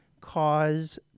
cause